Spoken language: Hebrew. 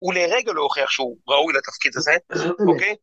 הוא לרגע לא הוכיח שהוא ראוי לתפקיד הזה, אוקיי?